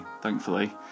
thankfully